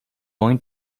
going